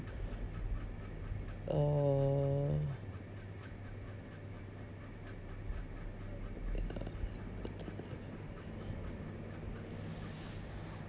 uh